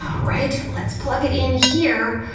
alright, let's plug it in here,